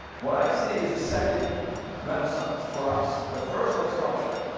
what i see is a second renaissance for us. the first was cultural.